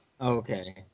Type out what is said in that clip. Okay